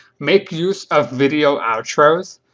make use of video outros.